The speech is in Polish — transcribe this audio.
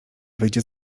wyjdzie